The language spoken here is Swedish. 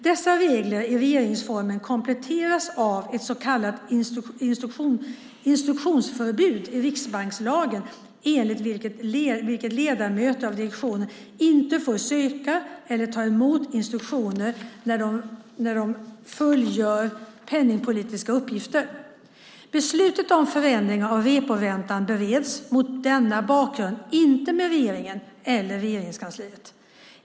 Dessa regler i regeringsformen kompletteras av ett så kallat instruktionsförbud i riksbankslagen enligt vilket ledamöter av direktionen inte får söka eller ta emot instruktioner när de fullgör penningpolitiska uppgifter. Beslut om förändringar av reporäntan bereds, mot denna bakgrund, inte med regeringen eller Regeringskansliet.